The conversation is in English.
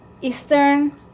Eastern